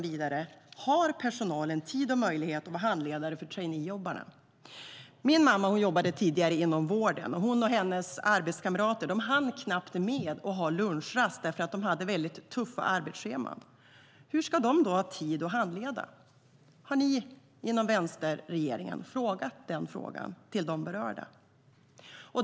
Vidare: Har personalen tid och möjlighet att vara handledare för traineejobbarna? Min mamma jobbade tidigare inom vården. Hon och hennes arbetskamrater hann knappt med att ta lunchrast därför att de hade väldigt tuffa arbetsscheman. Hur ska de ha tid att vara handledare? Har ni inom vänsterregeringen ställt den frågan till de berörda?